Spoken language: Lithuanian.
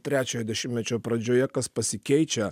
trečiojo dešimtmečio pradžioje kas pasikeičia